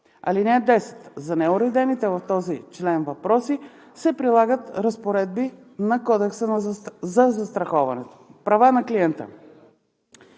ал. 6. (10) За неуредените в този член въпроси се прилагат разпоредбите на Кодекса за застраховането. Права на клиента